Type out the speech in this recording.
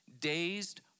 dazed